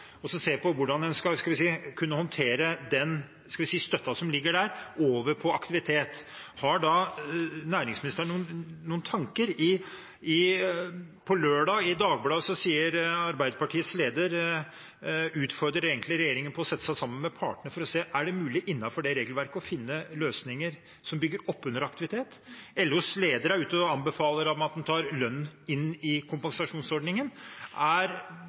på hvordan en skal kunne håndtere den støtten som ligger der, over på aktivitet: Har da næringsministeren noen tanker? På lørdag, i Dagbladet, utfordret Arbeiderpartiets leder regjeringen til å sette seg sammen med partene for å se på om det innenfor det regelverket er mulig å finne løsninger som bygger opp under aktivitet. LOs leder er ute og anbefaler at man tar lønn inn i kompensasjonsordningen. Er